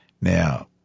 Now